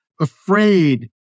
afraid